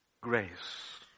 Grace